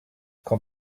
quand